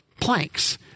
planks